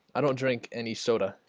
i don't drink any soda.